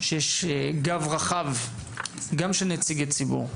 שיש גב רחב גם של נציגי ציבור,